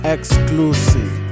Exclusive